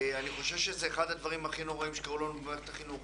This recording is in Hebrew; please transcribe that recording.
אני חושש שזה אחד הדברים הכי נוראיים שקרו לנו במערכת החינוך.